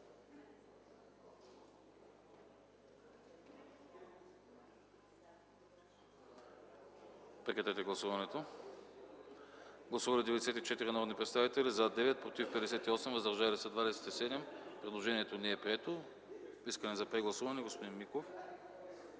Режим на гласуване. Гласували 94 народни представители: за 9, против 58, въздържали се 27. Предложението не е прието. Искане за прегласуване. Господин Миков.